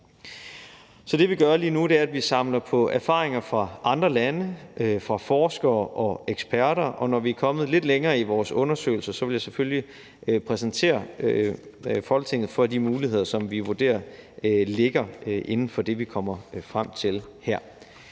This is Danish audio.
vi samler på erfaringer fra andre lande, fra forskere og eksperter, og når vi er kommet lidt længere i vores undersøgelser, vil jeg selvfølgelig præsentere Folketinget for de muligheder, som vi vurderer ligger inden for det, vi kommer frem til her.